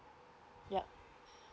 yup